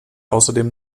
außerdem